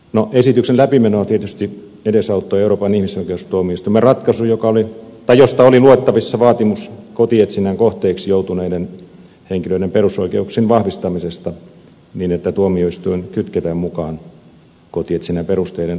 no esityksen läpimenoa tietysti edesauttoi euroopan ihmisoikeustuomioistuimen ratkaisu josta oli luettavissa vaatimus kotietsinnän kohteeksi joutuneiden henkilöiden perusoikeuksien vahvistamisesta niin että tuomioistuin kytketään mukaan kotietsinnän perusteiden arviointiin